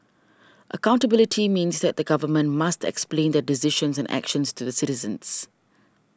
accountability means that the Government must explain their decisions and actions to the citizens